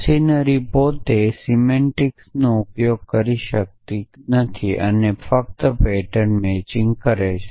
machinery પોતે સિમેન્ટિકનો ઉપયોગ કરતી નથી ફક્ત પેટર્ન મેચિંગ કરે છે